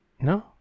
No